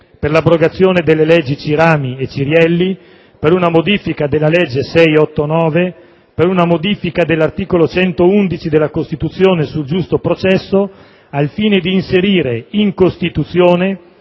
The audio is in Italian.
per l'abrogazione delle leggi Cirami e ex Cirielli, per una modifica della legge n. 689 del 1981, per una modifica dell'articolo 111 della Costituzione sul giusto processo, al fine d'inserire in Costituzione